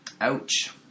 Ouch